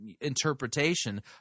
interpretation